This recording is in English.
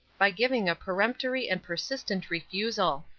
by giving a peremptory and persistent refusal.